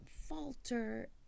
falter